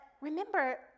remember